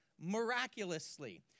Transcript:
miraculously